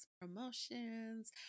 promotions